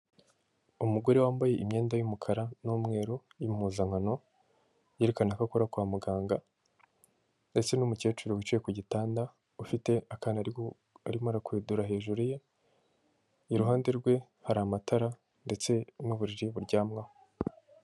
Umugore wambaye imyenda y'umukara n'umweru impuzankano yerekana ko akora kwa muganga ndetse n'umukecuru wicaye ku gitanda, ufite akantu arimo arakwedura hejuru ye, iruhande rwe hari amatara ndetse n'uburiri buryamwaho.